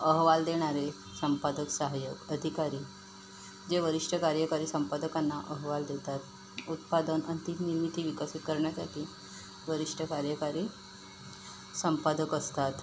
अहवाल देणारे संपादक सहायक अधिकारी जे वरिष्ठ कार्यकारी संपादकांना अहवाल देतात उत्पादन अंतिम निर्मीती विकसित करण्यासाठी वरिष्ठ कार्यकारी संपादक असतात